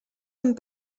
amb